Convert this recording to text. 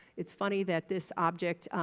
it's funny that this object,